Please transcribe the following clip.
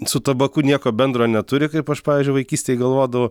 su tabaku nieko bendro neturi kaip aš pavyzdžiui vaikystėj galvodavau